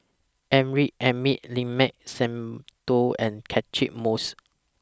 Amrin Amin Limat Sabtu and Catchick Moses